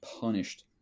punished